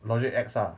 logic X ah